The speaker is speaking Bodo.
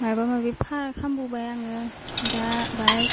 माइबा माबि खामबोबाय आङो दा बाय